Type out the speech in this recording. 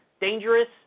dangerous